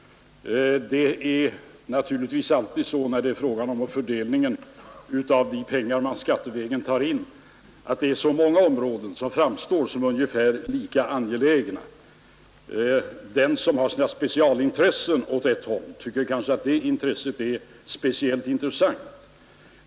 Det är alltid så vid fördelningen av de pengar man tar in skattevägen att många områden framstår som ungefär lika angelägna, och den som har specialintressen i en viss riktning tycker kanske att detta område är särskilt angeläget.